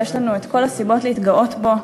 ויש לנו כל הסיבות להתגאות בו.